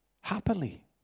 happily